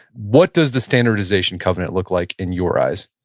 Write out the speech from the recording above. what does the standardization covenant look like in your eyes?